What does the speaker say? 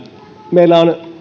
meillä on